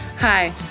Hi